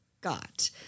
got